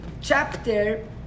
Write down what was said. chapter